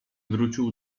wrócił